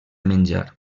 menjar